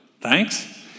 thanks